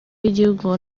y’igihugu